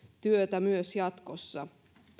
työtä myös jatkossa